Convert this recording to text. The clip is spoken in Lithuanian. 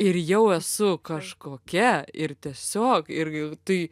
ir jau esu kažkokia ir tiesiog irgi tai